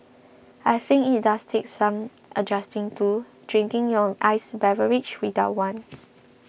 I think it does take some adjusting to drinking your iced beverage without one